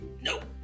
Nope